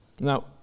Now